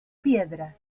piedras